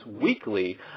Weekly